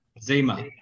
Zima